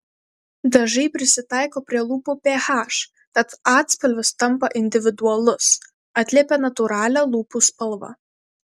dažai prisitaiko prie lūpų ph tad atspalvis tampa individualus atliepia natūralią lūpų spalvą